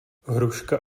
hruška